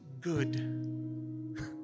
good